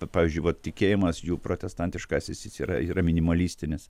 pavyzdžiui va tikėjimas jų protestantiškasis jis yra yra minimalistinis